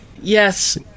Yes